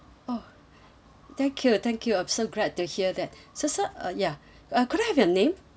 oh thank you thank you I'm so glad to hear that so sir uh ya uh I could I have your name